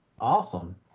Awesome